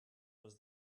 was